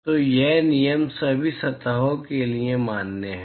तो यह नियम सभी सतहों के लिए मान्य है